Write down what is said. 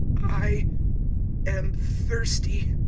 i am thirsty.